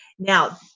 Now